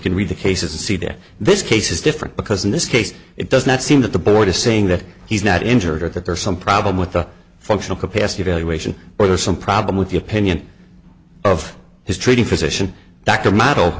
can read the cases to see that this case is different because in this case it does not seem that the board is saying that he's not injured or that there's some problem with the functional capacity evaluation or there's some problem with the opinion of his treating physician dr model